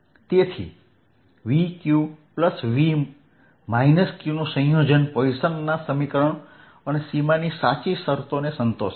તેથી VqV q નું સંયોજન પોઇસનના સમીકરણ અને સીમાની સાચી શરતને સંતોષે છે